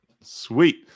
Sweet